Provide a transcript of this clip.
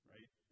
Right